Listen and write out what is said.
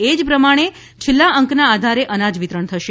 એ જ પ્રમાણે છેલ્લા અંકના આધારે અનાજ વિતરણ થશે